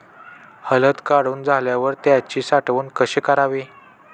हळद काढून झाल्यावर त्याची साठवण कशी करावी?